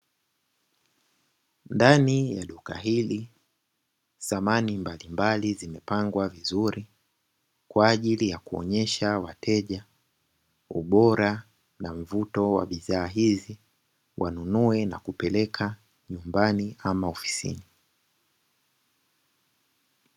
Ndani ya duka hili, samani mbalimbali zimepangwa vizuri kwaajili ya kuonyesha wateja ubora na mvuto wa bidhaa hizi, wanunue na kupeleka majumbani ama ofisini.